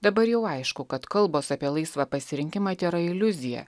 dabar jau aišku kad kalbos apie laisvą pasirinkimą tėra iliuzija